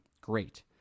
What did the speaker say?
Great